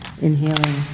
Inhaling